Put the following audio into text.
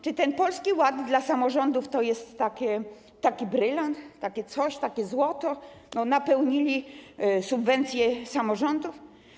Czy ten polski ład dla samorządów to jest taki brylant, takie coś, takie złoto, napełnili subwencję samorządów?